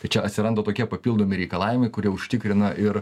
tai čia atsiranda tokie papildomi reikalavimai kurie užtikrina ir